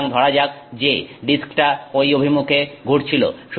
সুতরাং ধরা যাক যে ডিস্কটা ঐ অভিমুখে ঘুরছিল